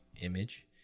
image